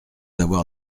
avoir